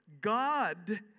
God